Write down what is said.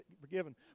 forgiven